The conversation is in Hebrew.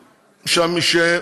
הבעיה,